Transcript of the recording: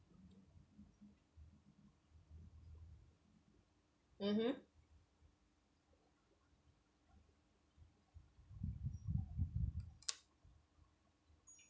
mmhmm